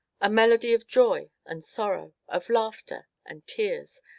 a melody of joy and sorrow, of laughter and tears,